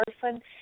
person